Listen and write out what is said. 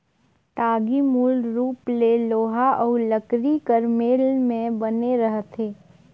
टागी मूल रूप ले लोहा अउ लकरी कर मेल मे बने रहथे